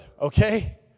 okay